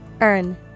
Earn